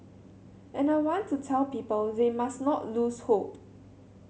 and I want to tell people they must not lose hope